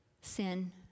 sin